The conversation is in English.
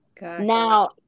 now